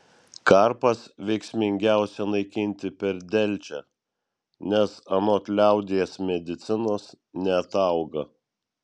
karpas veiksmingiausia naikinti per delčią nes anot liaudies medicinos neatauga